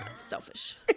selfish